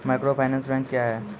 Microfinance bank क्या हैं?